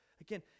Again